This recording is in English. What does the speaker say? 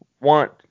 want